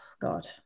God